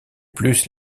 plus